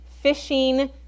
fishing